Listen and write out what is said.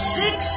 six